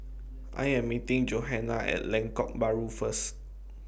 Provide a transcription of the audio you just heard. I Am meeting Johana At Lengkok Bahru First